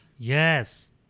Yes